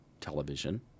television